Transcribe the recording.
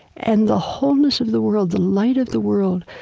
and the wholeness of the world, the light of the world,